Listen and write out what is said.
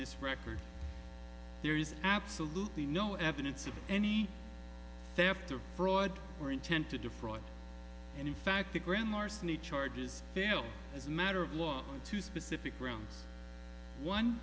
this record there is absolutely no evidence of any theft or fraud or intent to defraud and in fact the grand larceny charges fail as a matter of law to specific rooms one